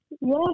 Yes